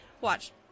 Watch